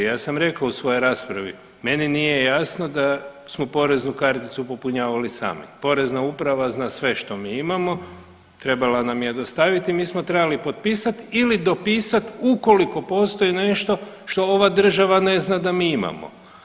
Ja sam rekao u svojoj raspravi, meni nije jasno da smo poreznu karticu popunjavali sami, porezna uprava zna sve što mi imamo, trebala nam je dostaviti i mi smo trebali potpisat ili dopisat ukoliko postoji nešto što ova država ne zna da mi imamo.